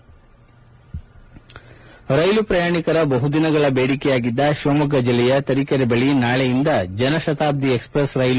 ರ್ನೆಲು ಪ್ರಯಾಣಿಕರ ಬಹುದಿನಗಳ ಬೇಡಿಕೆಯಾಗಿದ್ದ ಶಿವಮೊಗ್ಗ ಜಿಲ್ಲೆಯ ತರೀಕೆರೆ ಬಳಿ ನಾಳೆಯಿಂದ ಜನ್ ಶತಾಬ್ದಿ ಎಕ್ಸ್ಪ್ರೆಸ್ ರೈಲು